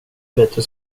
bättre